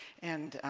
and